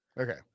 Okay